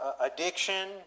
addiction